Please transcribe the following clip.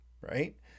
right